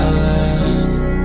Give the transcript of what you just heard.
last